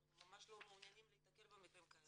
אנחנו ממש לא מעוניינים להיתקל במקרים כאלה.